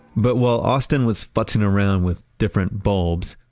but while austin was futzing around with different bulbs,